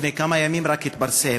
לפני כמה ימים רק התפרסם,